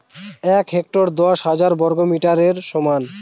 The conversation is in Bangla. এক হেক্টর দশ হাজার বর্গমিটারের সমান